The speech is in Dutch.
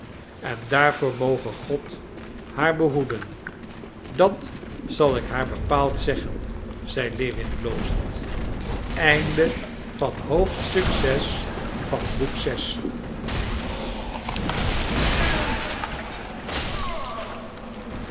en daarvoor moge god haar behoeden dat zal ik haar bepaald zeggen zei lewin blozend